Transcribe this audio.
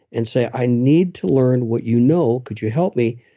and say, i need to learn what you, know could you help me?